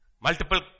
multiple